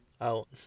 Out